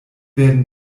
werden